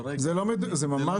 זה ממש לא מדויק.